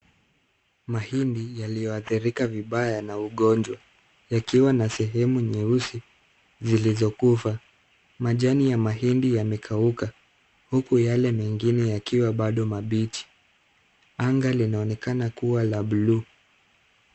Mahindi yaliyoathirika vibaya na ugonjwa, yakiwa na sehemu nyeusi. Zilizokufa. Majani ya mahindi yamekauka, huku yale mengine yakiwa bado mabichi, anga linaonekana kuwa la buluu,